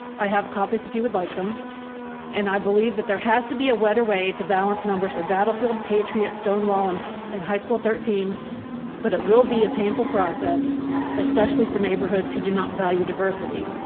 i have copies if you would like them and i believe that there has to be a wetter way to balance numbers or battlefield, patriot, stonewall and and high school thirteen but it will be a painful process especially for neighborhoods who do not value diversity.